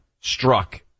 struck